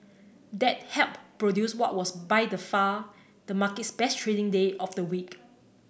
that helped produce what was by the far the market's best trading day of the week